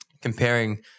comparing